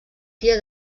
tia